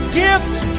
gifts